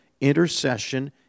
intercession